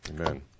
Amen